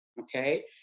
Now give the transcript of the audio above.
okay